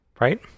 Right